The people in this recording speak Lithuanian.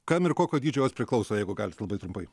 kam ir kokio dydžio jos priklauso jeigu galit labai trumpai